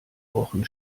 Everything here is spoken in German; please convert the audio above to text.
wochen